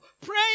pray